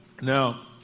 Now